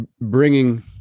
bringing